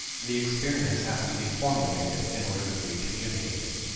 the experience has to be formulated in order to be communicated.